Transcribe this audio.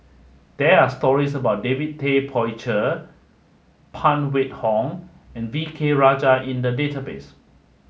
there are stories about David Tay Poey Cher Phan Wait Hong and V K Rajah in the database